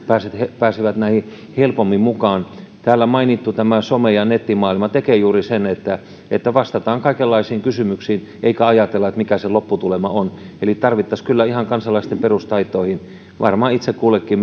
pääsevät pääsevät näihin helpommin mukaan täällä mainittu some ja nettimaailma tekee juuri sen että että vastataan kaikenlaisiin kysymyksiin eikä ajatella mikä se lopputulema on eli tarvittaisiin sitten kyllä opastusta ihan kansalaisten perustaitoihin varmaan itse kullekin